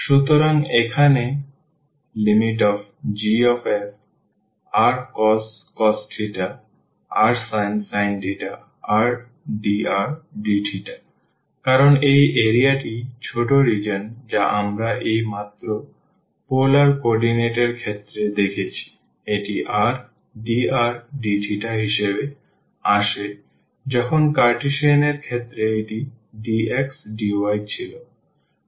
সুতরাং এখানে ∬Gfrcos rsin rdrdθ কারণ এই এরিয়াটি ছোট রিজিওন যা আমরা এই মাত্র পোলার কোঅর্ডিনেট এর ক্ষেত্রে দেখেছি এটি rdrdθ হিসাবে আসে যখন কার্টেসিয়ান এর ক্ষেত্রে এটি dx dy ছিল